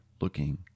looking